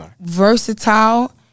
versatile